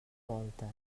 voltes